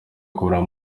kumureba